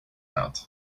not